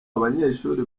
abanyeshuri